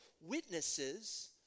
witnesses